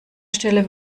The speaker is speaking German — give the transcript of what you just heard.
stelle